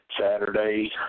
Saturday